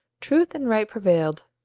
truth and right prevailed,